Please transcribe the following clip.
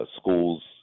Schools